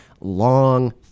long